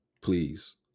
Please